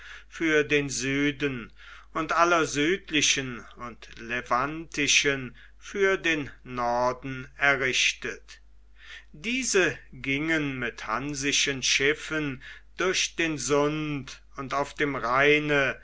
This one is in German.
für den süden und aller südlichen und levantischen für den norden errichtet diese gingen mit hansischen schiffen durch den sund und auf dem rheine